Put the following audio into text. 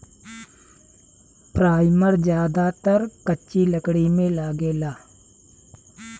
primer ज्यादातर कच्चा लकड़ी में लागेला